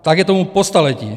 Tak je tomu po staletí.